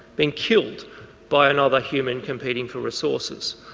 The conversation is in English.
being killed by another human competing for resources.